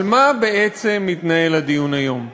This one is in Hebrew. על מה בעצם מתנהל הדיון היום?